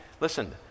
listen